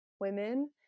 women